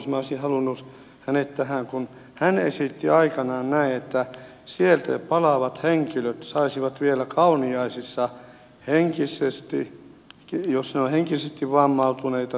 minä olisin halunnut hänet tähän kun hän esitti aikanaan näin että sieltä palaavat henkilöt saisivat hoitoa vielä kauniaisissa jos he ovat henkisesti vammautuneita taikka sitten ruumiillisesti